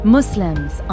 Muslims